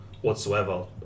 whatsoever